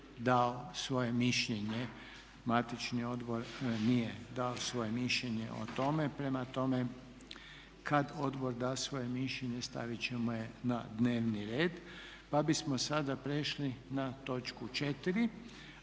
dao svoje mišljenje, matični odbor nije dao svoje mišljenje o tome. Prema tome kad odbor da svoje mišljenje stavit ćemo je na dnevni red. **Reiner, Željko